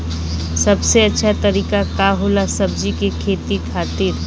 सबसे अच्छा तरीका का होला सब्जी के खेती खातिर?